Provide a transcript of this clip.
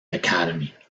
academy